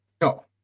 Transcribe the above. No